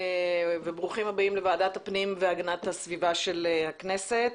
וברוכים הבאים לוועדת הפנים והגנת הסביבה של הכנסת.